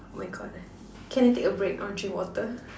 oh my god can I take a break I want to drink water